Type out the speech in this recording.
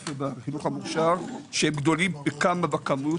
הספר בחינוך המאושר שגדולים פי כמה בכמות,